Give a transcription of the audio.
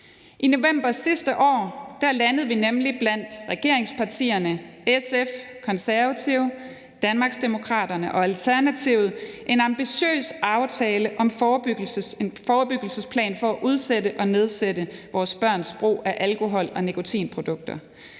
I november sidste år landede vi nemlig blandt regeringspartierne, SF, Konservative, Danmarksdemokraterne og Alternativet en ambitiøs aftale om en forebyggelsesplan for at udsætte og nedsætte vores børns brug af alkohol og nikotinprodukter